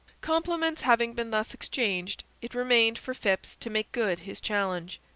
compliments having been thus exchanged, it remained for phips to make good his challenge.